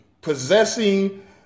possessing